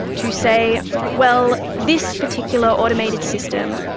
to say, well, this particular automated system,